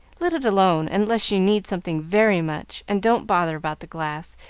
let it alone, unless you need something very much, and don't bother about the glass.